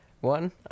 one